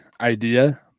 idea